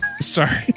Sorry